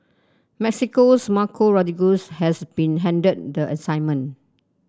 Mexico's Marco Rodriguez has been handed the assignment